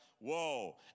Whoa